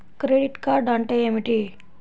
Credit card అంటే ఏమిటి?